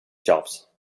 jobs